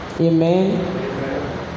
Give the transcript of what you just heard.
Amen